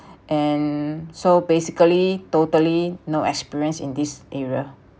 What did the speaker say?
and so basically totally no experience in this area okay